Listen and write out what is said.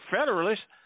Federalists